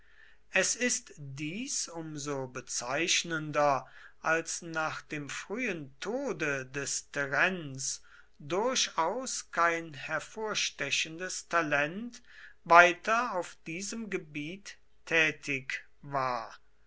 es ist dies um so bezeichnender als nach dem frühen tode des terenz durchaus kein hervorstechendes talent weiter auf diesem gebiet tätig war